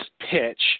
pitch